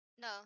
No